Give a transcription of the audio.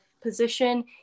position